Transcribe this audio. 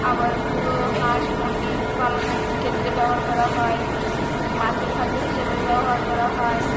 আবার গুঁড়ো হাঁস মুরগি পালনের ক্ষেত্রে ব্যবহার করা হয় মাছের খাদ্য হিসাবে ব্যবহার করা হয়